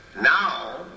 now